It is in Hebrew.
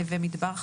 נווה מדבר,